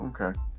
okay